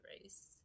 race